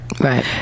Right